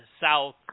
south